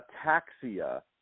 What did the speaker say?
ataxia